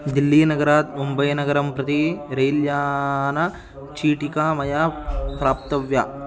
दिल्लीनगरात् मुम्बैनगरं प्रति रेल् यानचीटिका मया प्राप्तव्या